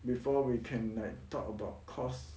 before we can like talk about costs